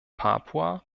papua